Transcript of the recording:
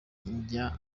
njya